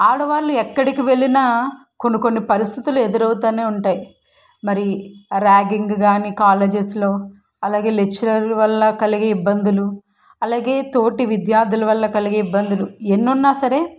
ఆడవాళ్లు ఎక్కడికి వెళ్ళిన కొన్ని కొన్ని పరిస్థితులు ఎదురు అవుతు ఉంటాయి మరి ర్యాగింగ్ కానీ కాలేజెస్లో అలాగే లెక్చరర్ వల్ల కలిగే ఇబ్బందులు అలాగే తోటి విద్యార్థుల వల్ల కలిగే ఇబ్బందులు ఎన్ని ఉన్న సరే